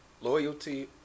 Loyalty